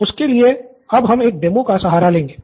हम पांच व्हयस का सहारा लेंगे